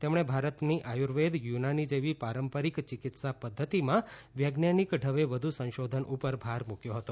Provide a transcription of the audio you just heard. તેમણે ભારતની આયુર્વેદ યુનાની જેવી પારંપારિક ચિકિત્સા પદ્ધતિમાં વૈજ્ઞાનિક ઢબે વધુ સંશોધન ઉપર ભાર મૂક્યો હતો